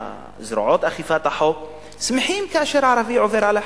שזרועות אכיפת החוק שמחות כאשר ערבי עובר על החוק,